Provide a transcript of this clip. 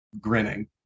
grinning